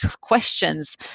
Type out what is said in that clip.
questions